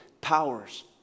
powers